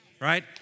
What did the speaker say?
right